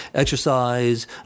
exercise